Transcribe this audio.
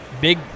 Big